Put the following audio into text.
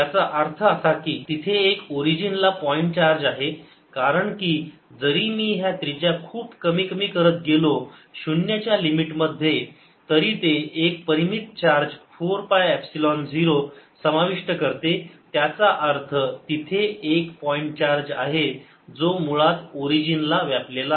याचा अर्थ असा की तिथे एक ओरिजिन ला पॉईंट चार्ज आहे कारण की जरी मी ही त्रिज्या खूप कमी कमी करत गेलो 0 च्या लिमिटमध्ये तरी ते एक परिमित चार्ज 4 पाय C एपसिलोन 0 समाविष्ट करते त्याचा अर्थ तिथे एक पॉईंट चार्ज आहे जो मुळात ओरिजिन ला व्यापलेला आहे